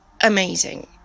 amazing